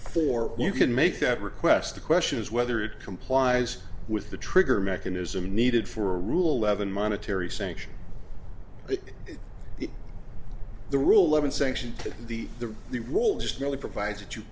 for you can make that request the question is whether it complies with the trigger mechanism needed for a rule eleven monetary sanction if the ruhleben sanction the the the rule just merely provides that you